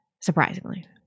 surprisingly